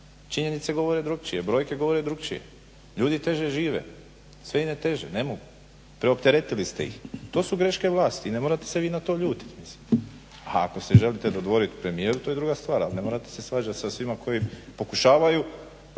Činjenice govore drukčije, brojke govore drukčije, ljudi teže žive, sve ide teže, ne mogu, preopteretili ste ih, to su greške vlasti, i ne morate se vi na to ljutiti. A ako se želite dodvoriti premijeru, to je druga stvar, ali ne morate se svađati sa svima koji pokušavaju